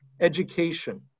education